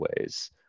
ways